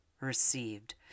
received